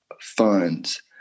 funds